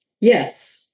Yes